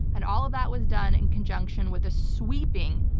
and all of that was done in conjunction with a sweeping,